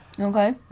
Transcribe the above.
Okay